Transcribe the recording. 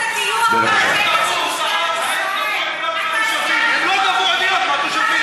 ותקפו את הדיון באג'נדה של משטרת